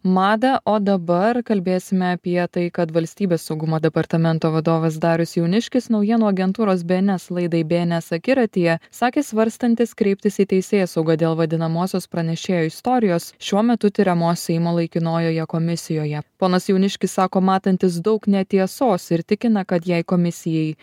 madą o dabar kalbėsime apie tai kad valstybės saugumo departamento vadovas darius jauniškis naujienų agentūros bns laidai bns akiratyje sakė svarstantis kreiptis į teisėsaugą dėl vadinamosios pranešėjo istorijos šiuo metu tiriamos seimo laikinojoje komisijoje ponas jauniškis sako matantis daug netiesos ir tikina kad jei komisijai